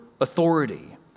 authority